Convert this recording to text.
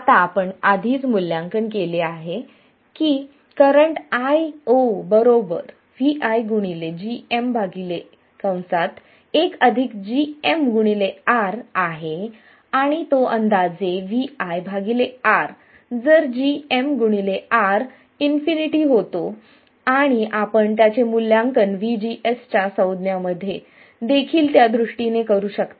आता आपण आधीच मूल्यांकन केले आहे की current Io Vi gm 1 gmR आहे आणि तो अंदाजे Vi R जर gm R ∞ आणि आपण त्याचे मूल्यांकन VGS च्या संज्ञा मध्ये देखील त्या दृष्टीने करू शकता